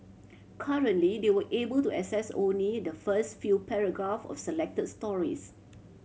currently they were able to access only the first few paragraph of selected stories